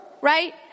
right